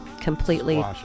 completely